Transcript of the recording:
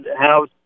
House